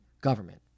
government